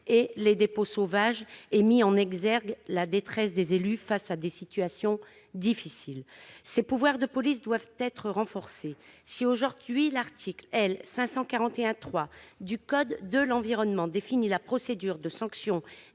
les dépôts sauvages. Il a mis en lumière la détresse des élus face à des situations difficiles. Les pouvoirs de police du maire doivent être renforcés. Aujourd'hui, l'article L. 541-3 du code de l'environnement définit la procédure de sanction